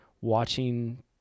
watching